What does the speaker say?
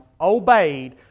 obeyed